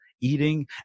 Eating